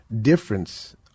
difference